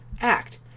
act